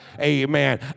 Amen